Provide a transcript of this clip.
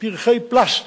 פרחי פלסטיק,